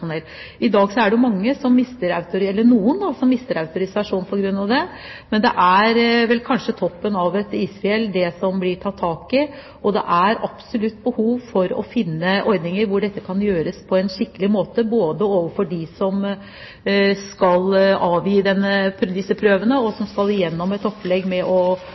I dag er det noen som mister autorisasjonen på grunn av dette. Men det som blir tatt tak i, er vel kanskje toppen av et isfjell. Det er absolutt behov for å finne ordninger slik at dette kan gjøres på en skikkelig måte både overfor dem som skal avgi disse prøvene, og som skal igjennom et opplegg med å